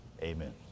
amen